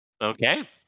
Okay